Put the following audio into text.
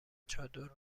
چادر